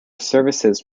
services